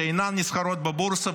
שאינן נסחרות בבורסה,